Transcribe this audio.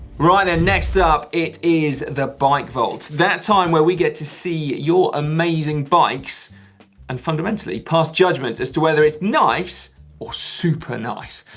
right then, next up, it is the bike vote. that time when we get to see your amazing bikes and fundamentally, pass judgment as to whether it's nice or super nice.